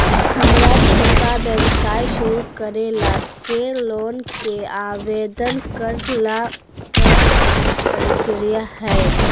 हमरा छोटा व्यवसाय शुरू करे ला के लोन के आवेदन करे ल का प्रक्रिया हई?